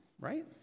right